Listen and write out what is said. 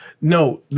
No